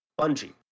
Bungie